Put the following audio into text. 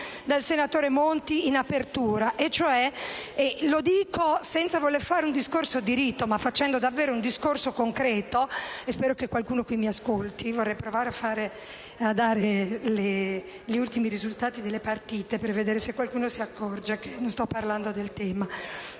dal senatore Monti in apertura.